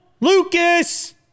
Lucas